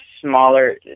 smaller